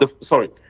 sorry